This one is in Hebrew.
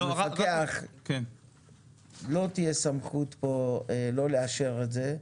למפקח לא תהיה סמכות פה לא לאשר את זה,